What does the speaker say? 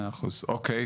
מאה אחוז, אוקיי.